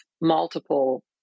multiple